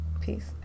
Peace